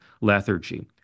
lethargy